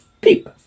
Peep